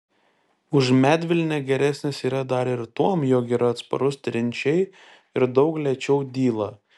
už medvilnę geresnis yra dar ir tuom jog yra atsparus trinčiai ir daug lėčiau dyla